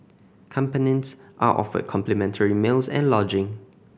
companions are offered complimentary meals and lodging